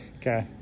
Okay